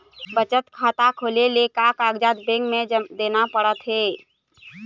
बचत खाता खोले ले का कागजात बैंक म देना पड़थे?